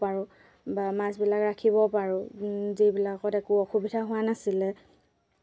মাজে মাজে মাজে মাজে পানী পানী বিশুদ্ধ